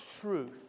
truth